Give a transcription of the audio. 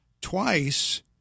twice